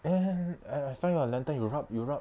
have I I find ah lantern you rub you rub